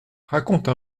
raconte